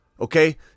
Okay